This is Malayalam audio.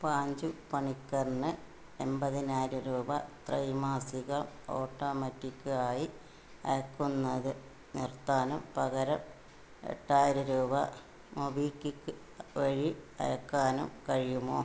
പാഞ്ചു പണിക്കറിന് എമ്പതിനായിരം രൂപ ത്രൈമാസിക ഓട്ടോമാറ്റിക്ക് ആയി അയയ്ക്കുന്നത് നിർത്താനും പകരം എട്ടായിരം രൂപ മൊബിക്വിക്ക് വഴി അയയ്ക്കാനും കഴിയുമോ